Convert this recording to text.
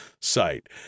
site